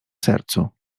sercu